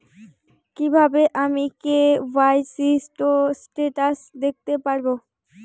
কিভাবে আমি KYC status দেখতে পারবো?